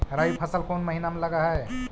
रबी फसल कोन महिना में लग है?